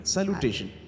Salutation